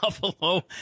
Buffalo